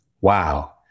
wow